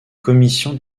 commission